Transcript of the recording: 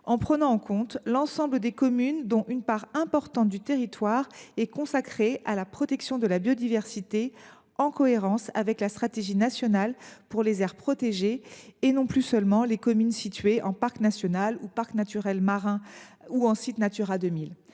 intégrées au dispositif l’ensemble des communes dont une part importante du territoire est consacrée à la protection de la biodiversité, en cohérence avec la stratégie nationale des aires protégées, et non plus seulement les communes situées en parc national, en parc naturel marin ou en site Natura 2000.